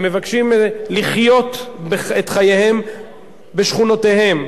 הם מבקשים לחיות את חייהם בשכונותיהם,